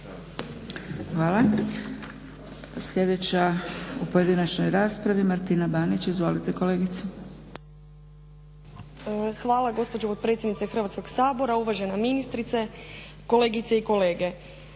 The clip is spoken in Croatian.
Hvala. Sljedeća u pojedinačnoj raspravi, Martina Banić. Izvolite kolegice. **Banić, Martina (HDZ)** Hvala gospođo potpredsjednice Hrvatskog sabora, uvažena ministrice, kolegice i kolege.